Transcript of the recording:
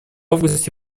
августе